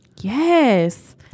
Yes